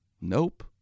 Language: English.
Nope